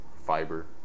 fiber